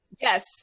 Yes